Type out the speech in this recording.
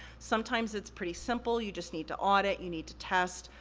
sometimes it's pretty simple, you just need to audit, you need to test,